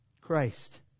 Christ